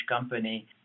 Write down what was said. company